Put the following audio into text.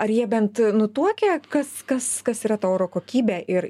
ar jie bent nutuokia kas kas kas yra ta oro kokybė ir